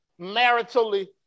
maritally